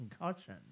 Concussion